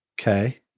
Okay